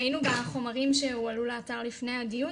ראינו חומרים שעלו לאתר לפני הדיון,